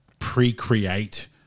pre-create